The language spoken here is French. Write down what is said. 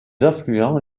affluents